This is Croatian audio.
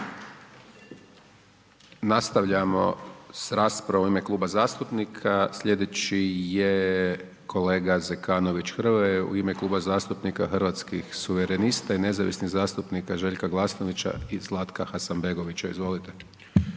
Nastavljamo s raspravom u ime kluba zastupnika, slijedeći je kolega Zekanović Hrvoje u ime Kluba zastupnika Hrvatskih suverenista i nezavisnih zastupnika Željka Glasnovića i Zlatka Hasanbegovića, izvolite.